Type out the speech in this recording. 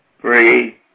Three